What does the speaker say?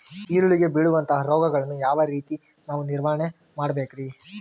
ಈರುಳ್ಳಿಗೆ ಬೇಳುವಂತಹ ರೋಗಗಳನ್ನು ಯಾವ ರೇತಿ ನಾವು ನಿವಾರಣೆ ಮಾಡಬೇಕ್ರಿ?